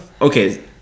Okay